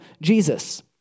Jesus